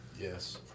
Yes